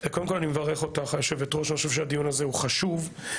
אני מברך אותך, אני חושב שהדיון הזה חשוב.